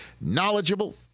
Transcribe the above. knowledgeable